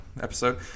episode